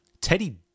Teddy